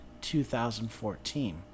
2014